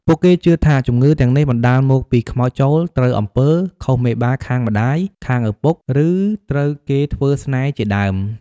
ពួកគេជឿថាជំងឺទាំងនេះបណ្តាលមកពីខ្មោចចូល ត្រូវអំពើ ខុសមេបាខាងម្តាយ ខាងឪពុក ឬត្រូវគេធ្វើស្នេហ៍ជាដើម។